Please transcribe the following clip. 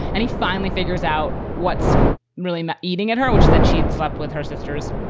and he finally figures out what's really eating at her, which is that she'd slept with her sisters,